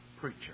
preacher